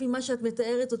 לפי מה שאת מתארת אותו,